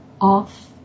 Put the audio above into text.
off